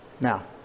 Now